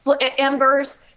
embers